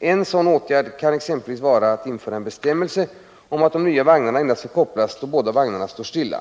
En sådan åtgärd kan exempelvis vara att införa en bestämmelse om att de nya vagnarna endast får kopplas då båda vagnarna står stilla.